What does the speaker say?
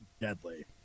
deadly